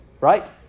Right